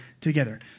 together